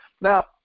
Now